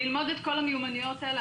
ללמוד את כל המיומנויות האלה,